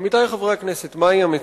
עמיתי חברי הכנסת, מהי המציאות?